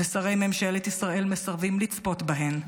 שרי ממשלת ישראל מסרבים לצפות בהן,